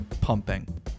pumping